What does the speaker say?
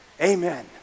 Amen